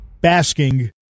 basking